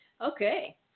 Okay